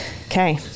Okay